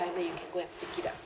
that you can go and pick it up